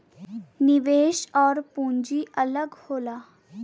निवेश आउर पूंजी अलग होला